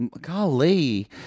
golly